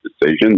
decisions